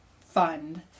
fund